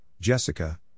Jessica